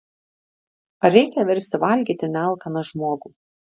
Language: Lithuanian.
ar reikia versti valgyti nealkaną žmogų